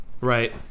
right